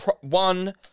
one